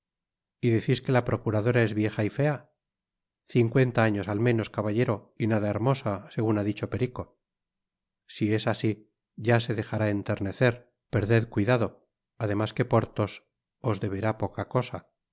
y decís que la procuradora es vieja y fea cincuenta años al menos caballero y nada hermosa segun ha dicho perico si es asi ya se dejará enternecer perded cuidado además que porthos es deberá poca cosa